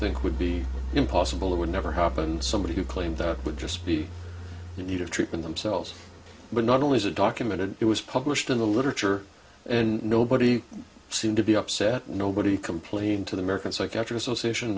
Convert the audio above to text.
think would be impossible that would never happen and somebody who claimed would just be the need of treatment themselves but not only is it documented it was published in the literature and nobody seemed to be upset nobody complained to the american psychiatric association